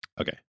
Okay